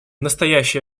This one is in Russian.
настоящее